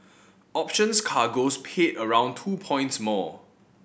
options cargoes paid around two points more